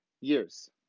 years